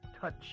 Touch